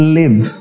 live